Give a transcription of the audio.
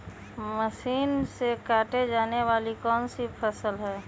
Machine से काटे जाने वाली कौन सी फसल है?